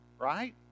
right